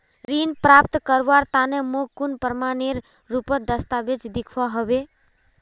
ऋण प्राप्त करवार तने मोक कुन प्रमाणएर रुपोत दस्तावेज दिखवा होबे?